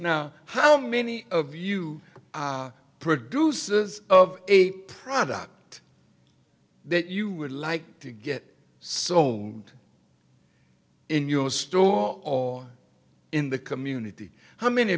jobs now how many of you produces of a product that you would like to get sold in your store or in the community how many